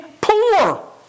poor